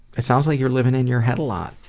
it sounds like you're living in your head a lot.